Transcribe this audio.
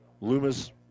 Loomis